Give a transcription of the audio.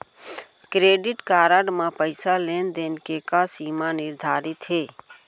Credit card म पइसा लेन देन के का सीमा निर्धारित हे?